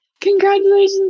congratulations